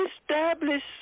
Establish